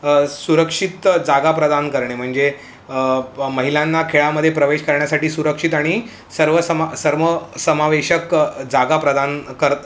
सु सुरक्षित जागा प्रदान करणे म्हणजे ब महिलांना खेळामधे प्रवेश करण्यासाठी सुरक्षित आणि सर्व समा सर्व समावेशक जागा प्रदान कर